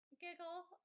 giggle